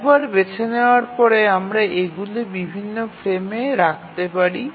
একবার বেছে নেওয়ার পরে আমরা এগুলি বিভিন্ন ফ্রেমে রাখতে পারি